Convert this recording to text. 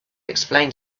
explain